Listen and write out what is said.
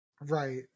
Right